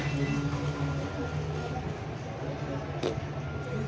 international bank account number আমাদের দেশের account নম্বরের মত